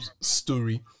story